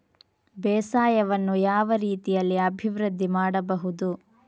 ಬೇಸಾಯವನ್ನು ಯಾವ ರೀತಿಯಲ್ಲಿ ಅಭಿವೃದ್ಧಿ ಮಾಡಬಹುದು?